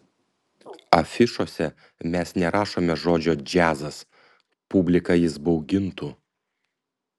afišose mes nerašome žodžio džiazas publiką jis baugintų